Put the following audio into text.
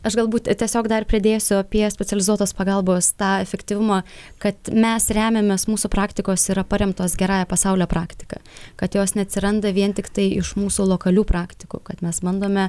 aš galbūt tiesiog dar pridėsiu apie specializuotos pagalbos tą efektyvumą kad mes remiamės mūsų praktikos yra paremtos gerąja pasaulio praktika kad jos neatsiranda vien tiktai iš mūsų lokalių praktikų kad mes bandome